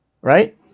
Right